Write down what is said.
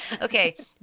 Okay